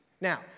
Now